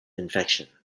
infection